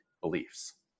beliefs